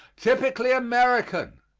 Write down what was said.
typically american.